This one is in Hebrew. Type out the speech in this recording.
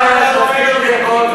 מה הבעיה של הפריג'ידר באוטו?